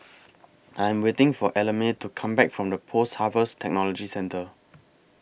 I Am waiting For Ellamae to Come Back from The Post Harvest Technology Centre